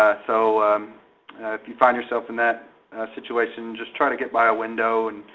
so if you find yourself in that situation just try to get by a window,